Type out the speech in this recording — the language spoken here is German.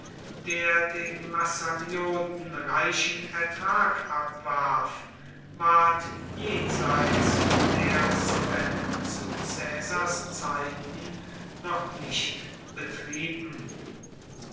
der den massalioten reichen ertrag abwarf ward jenseits der cevennen zu caesars zeiten noch nicht betrieben